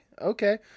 okay